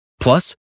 Plus